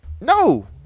no